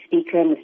speaker